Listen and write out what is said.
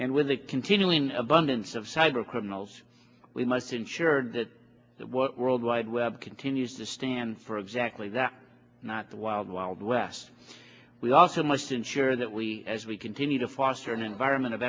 and with the continuing abundance of cyber criminals we must ensure that what worldwide web continues to stand for exactly that not the wild wild west we also must ensure that we as we continue to foster an environment of